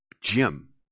Jim